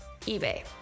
eBay